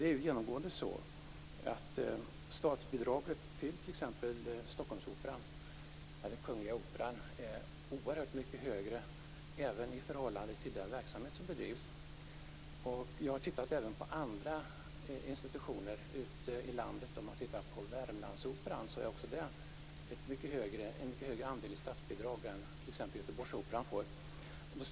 Det är genomgående så att statsbidraget till t.ex. Stockholmsoperan, eller Kungliga Operan, är oerhört mycket högre, även i förhållande till den verksamhet som bedrivs. Jag har även tittat på andra institutioner ute i landet. Exempelvis får Värmlandsoperan en mycket större andel i statsbidrag än Göteborgsoperan.